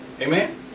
Amen